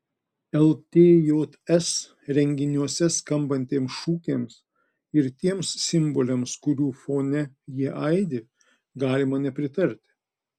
ltjs renginiuose skambantiems šūkiams ir tiems simboliams kurių fone jie aidi galima nepritarti